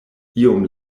iom